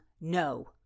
No